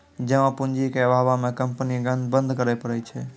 जमा पूंजी के अभावो मे कंपनी बंद करै पड़ै छै